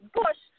bush